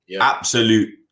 Absolute